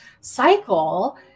cycle